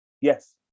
Yes